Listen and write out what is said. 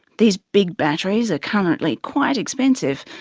these big batteries are currently quite expensive,